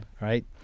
Right